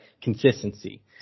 consistency